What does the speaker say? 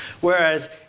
Whereas